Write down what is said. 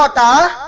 da